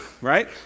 right